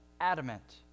adamant